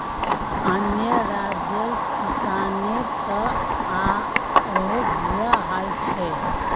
अन्य राज्यर किसानेर त आरोह बुरा हाल छेक